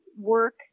work